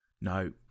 No